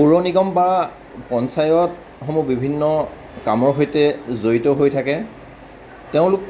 পৌৰনিগম বা পঞ্চায়তসমূহ বিভিন্ন কামৰ সৈতে জড়িত হৈ থাকে তেওঁলোক